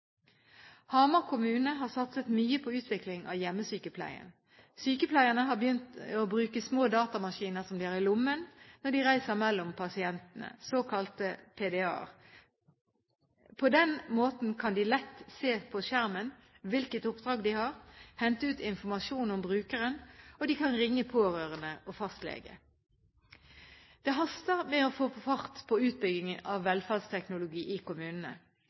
kommune har satset mye på utvikling av hjemmesykepleien. Sykepleierne har begynt å bruke små datamaskiner som de har i lommen når de reiser mellom pasientene, såkalt PDA. På den måten kan de lett se på skjermen hvilke oppdrag de har, hente ut informasjon om brukeren, og de kan ringe pårørende og fastlege. Det haster med å få fart på utbyggingen av velferdsteknologi i kommunene.